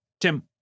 Tim